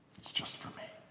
it's just for me.